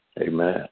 Amen